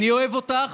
אני אוהב אותך,